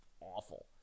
awful